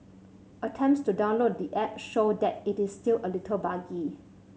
attempts to download the app show that it is still a little buggy